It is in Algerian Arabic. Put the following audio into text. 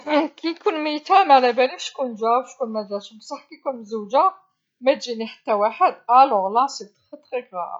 كي نكون كيتا ما علابليش شكون جا شكون ما جاش، بصح كي نكون متزوجة ما يجيني حتى واحد هذا أمر خطر جدا.